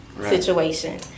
situation